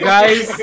Guys